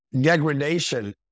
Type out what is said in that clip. degradation